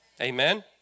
Amen